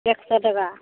एक सओ टाका